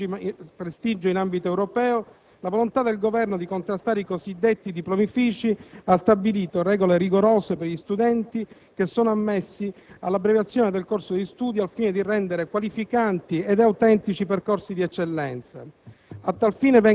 perdendo prestigio in ambito europeo, la volontà del Governo di contrastare i cosiddetti diplomifìci ha stabilito regole rigorose per gli studenti che sono ammessi all'abbreviazione del corso di studi, al fine di rendere qualificanti ed autentici i percorsi dell'eccellenza.